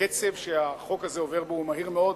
הקצב שבו החוק הזה הוא עובר הוא מהיר מאוד.